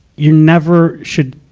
you never should,